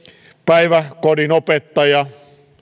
päiväkodinopettajat